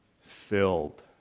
Filled